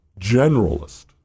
generalist